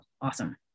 awesome